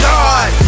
God